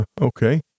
Okay